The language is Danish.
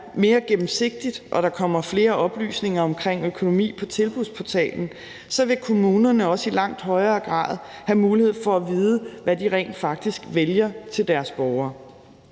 mere gennemsigtigt og der kommer flere oplysninger omkring økonomi på tilbudsportalen, vil kommunerne også i langt højere grad have mulighed for at vide, hvad de rent faktisk vælger til deres borgere.